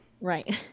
right